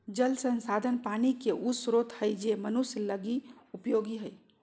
जल संसाधन पानी के उ स्रोत हइ जे मनुष्य लगी उपयोगी हइ